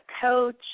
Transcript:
coach